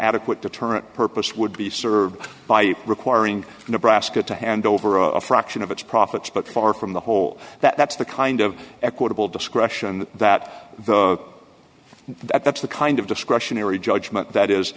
adequate deterrent purpose would be served by requiring nebraska to hand over a fraction of its profits but far from the whole that's the kind of equitable discretion that the that that's the kind of discretionary judgement that is